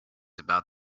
about